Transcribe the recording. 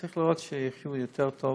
צריך לראות שיחיו יותר טוב,